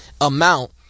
amount